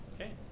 Okay